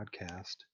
podcast